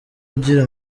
ugira